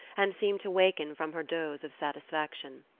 and seem to awaken from her doze of satisfaction.